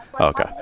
Okay